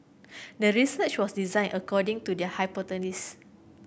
the research was designed according to the hypothesis